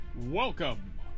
Welcome